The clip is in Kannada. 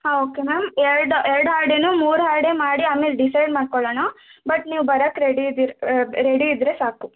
ಹಾಂ ಓಕೆ ಮ್ಯಾಮ್ ಎರ್ಡು ಎರ್ಡು ಆಡಿಯೋನು ಮೂರು ಆಡಿಯೋ ಮಾಡಿ ಆಮೇಲೆ ಡಿಸೈಡ್ ಮಾಡ್ಕೊಳ್ಳೋಣ ಬಟ್ ನೀವು ಬರಕ್ಕೆ ರೆಡಿ ಇದೀರ ರೆಡಿ ಇದ್ದರೆ ಸಾಕು